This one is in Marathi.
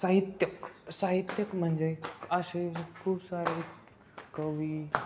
साहित्यिक साहित्यिक म्हणजे असे खूप सारे कवी